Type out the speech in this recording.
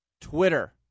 Twitter